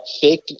fake